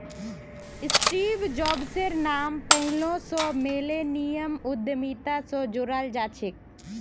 Steve जॉब्सेर नाम पैहलौं स मिलेनियम उद्यमिता स जोड़ाल जाछेक